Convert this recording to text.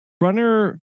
runner